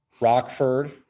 Rockford